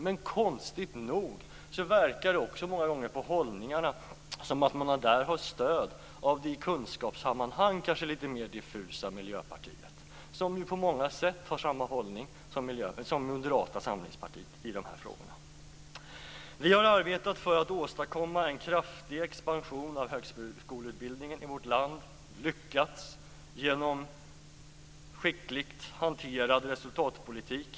Men konstigt nog verkar det också många gånger på hållningarna som att man där har stöd av det i kunskapssammanhang kanske litet mera diffusa Miljöpartiet, som på många sätt har samma hållning som Moderata samlingspartiet i dessa frågor. Vi har arbetat för att åstadkomma en kraftig expansion av högskoleutbildningen i vårt land. Vi har lyckats genom en skickligt hanterad resultatpolitik.